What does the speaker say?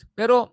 pero